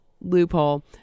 loophole